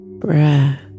breath